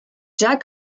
jack